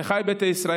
אחיי ביתא ישראל,